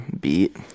beat